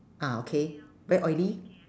ah okay very oily